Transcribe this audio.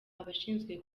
abashinzwe